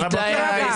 תכבד את המעמד.